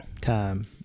time